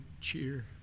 cheer